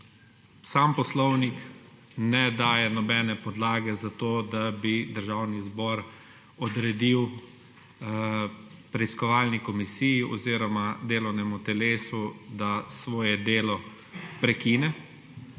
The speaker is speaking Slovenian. Sam poslovnik ne daje nobene podlage za to, da bi Državni zbor odredil preiskovalni komisiji oziroma delovnemu telesu, da svoje delo prekine.